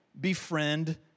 befriend